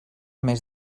més